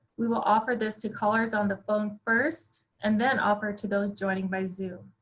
we will offer this to callers on the phone first, and then offer to those joining by zoom.